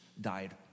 died